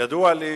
ידוע לי,